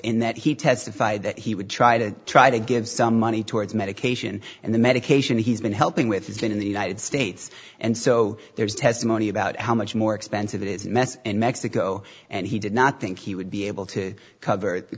in that he testified that he would try to try to give some money towards medication and the medication he's been helping with has been in the united states and so there's testimony about how much more expensive it is mess in mexico and he did not think he would be able to cover the